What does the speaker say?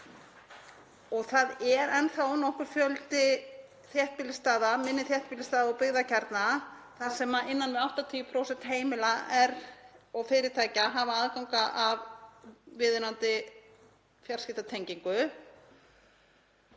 Það er enn þá nokkur fjöldi þéttbýlisstaða, minni þéttbýlisstaða og byggðarkjarna, þar sem innan við 80% heimila og fyrirtækja hafa aðgang að viðunandi fjarskiptatengingu,